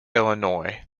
illinois